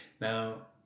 Now